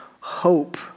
hope